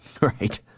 Right